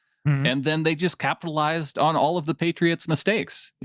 and then they just capitalized on all of the patriots mistakes,